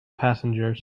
passengers